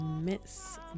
miss